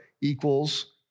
equals